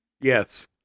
yes